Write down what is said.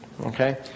Okay